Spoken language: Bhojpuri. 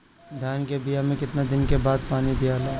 धान के बिया मे कितना दिन के बाद पानी दियाला?